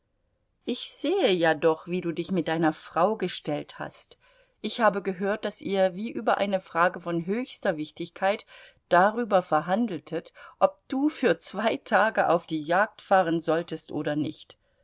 ich sehe ja doch wie du dich mit deiner frau gestellt hast ich habe gehört daß ihr wie über eine frage von höchster wichtigkeit darüber verhandeltet ob du für zwei tage auf die jagd fahren solltest oder nicht